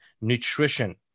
nutrition